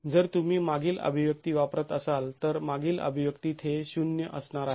जर तुम्ही मागील अभिव्यक्ती वापरत असाल तर मागील अभिव्यक्तीत हे ० असणार आहे